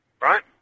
right